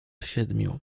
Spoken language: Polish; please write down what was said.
siedmiu